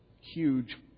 huge